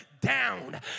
down